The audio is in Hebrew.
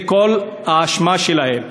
זו כל האשמה שלהם.